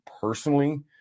personally